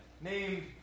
named